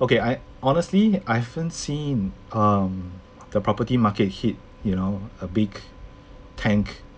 okay I honestly I haven't seen um the property market hit you know a big tank